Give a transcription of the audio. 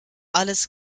alles